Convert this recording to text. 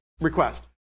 request